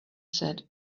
said